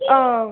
हांं